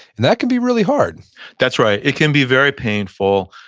and that can be really hard that's right. it can be very painful.